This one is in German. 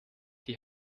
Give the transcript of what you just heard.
die